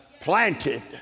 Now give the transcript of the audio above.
planted